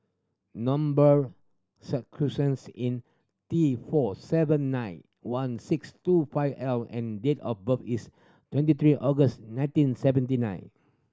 number in T four seven nine one six two five L and date of birth is twenty three August nineteen seventy nine